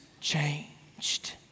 changed